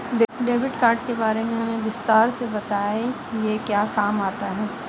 Debit card के बारे में हमें विस्तार से बताएं यह क्या काम आता है?